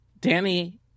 Danny